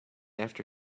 after